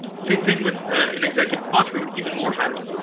same thing with an executive sponsor, but even more high level.